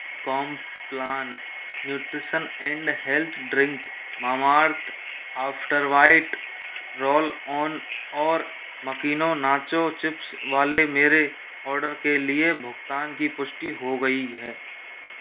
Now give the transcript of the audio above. Complan nutrition and health drink Mamaearth after bite roll on और Makino nacho chips वाले मेरे order के लिए भुगतान की पुष्टि हो गई है